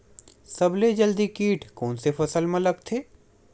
सबले जल्दी कीट कोन से फसल मा लगथे?